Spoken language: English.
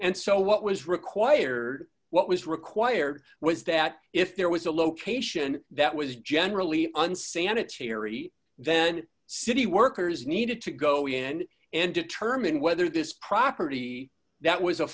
and so what was required what was required was that if there was a location that was generally unsanitary then city workers needed to go in and determine whether this property that was a